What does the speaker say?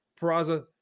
peraza